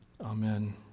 Amen